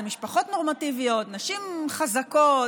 אלה משפחות נורמטיביות, נשים חזקות,